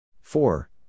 Four